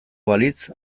balitz